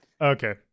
Okay